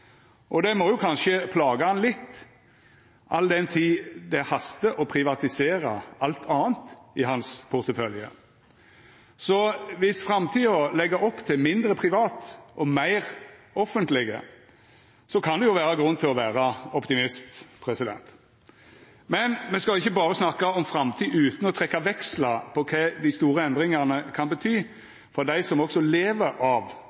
privat. Det må jo kanskje plaga han litt, all den tid det hastar med å privatisera alt anna i hans portefølje. Viss framtida legg opp til mindre privat og meir offentleg, kan det jo vera grunn til å vera optimist. Men me skal ikkje berre snakka om framtid utan å trekkja vekslar på kva dei store endringane kan bety for dei som lever av